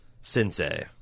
sensei